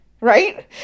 right